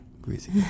Greasy